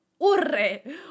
URRE